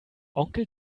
onkel